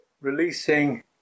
releasing